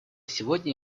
сегодня